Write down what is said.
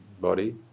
Body